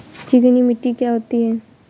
चिकनी मिट्टी क्या होती है?